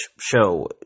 show